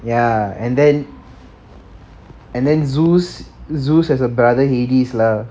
ya and then and then zeus zeus has a brother hades lah